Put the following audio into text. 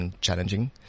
challenging